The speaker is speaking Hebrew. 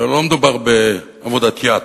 הלוא לא מדובר בעבודת יד.